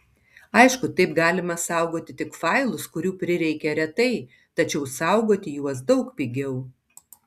aišku taip galima saugoti tik failus kurių prireikia retai tačiau saugoti juos daug pigiau